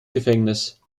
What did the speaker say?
gefängnis